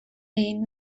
egin